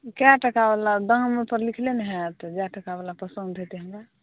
कय टाका वाला दाम ओहिपर लिखने ने होयत तऽ जय टका वाला पसन्द हेतै हमरा